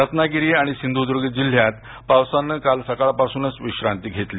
रत्नागिरी आणि सिंधूदर्ग जिल्हयात पावसानं काल सकाळपासूनच विश्रांती घेतली